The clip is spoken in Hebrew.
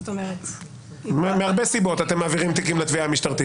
זאת אומרת --- אתם מעבירים תיקים לתביעה המשטרתית